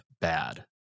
bad